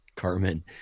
Carmen